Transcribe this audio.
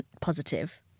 positive